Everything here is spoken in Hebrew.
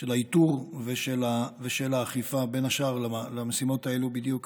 של האיתור ושל האכיפה בין השאר למשימות האלה בדיוק.